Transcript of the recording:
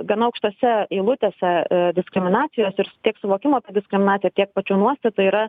gana aukštose eilutėse diskriminacijos ir tiek suvokimo apie diskriminaciją tiek pačių nuostatų yra